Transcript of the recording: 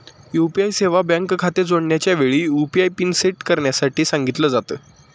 UPI सेवा बँक खाते जोडण्याच्या वेळी, यु.पी.आय पिन सेट करण्यासाठी सांगितल जात